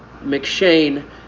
McShane